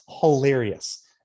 hilarious